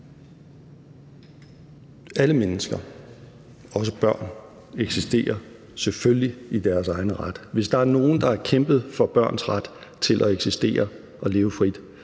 Alle mennesker, også børn, eksisterer selvfølgelig i deres egen ret. Hvis der er nogen, der har kæmpet for børns ret til at eksistere og leve frit,